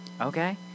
Okay